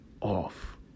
off